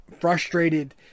frustrated